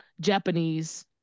Japanese